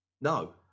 No